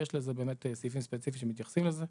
יש לזה באמת סעיפים ספציפיים שמתייחסים לזה.